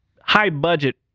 high-budget